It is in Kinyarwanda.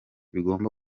bigomba